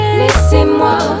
laissez-moi